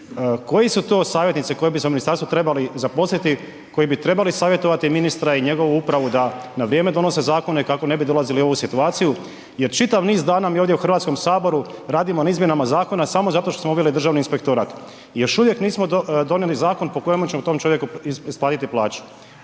Koji su to savjetnici koji bi se u ministarstvu koji bi se trebali zaposliti koji bi trebali savjetovati ministra i njegovu upravu da na vrijeme donose zakone kako ne bi dolazili u ovu situaciju, jer čitav niz dana mi ovdje u Hrvatskom saboru radimo na izmjenama zakona samo zato što smo uveli državni inspektorat. Još uvijek nismo donijeli zakon po kojem ćemo tom čovjeku isplatiti plaću.